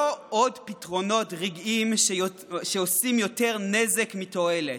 לא עוד פתרונות רגעיים, שעושים יותר נזק מתועלת,